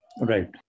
Right